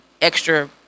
extra